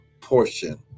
portion